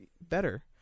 better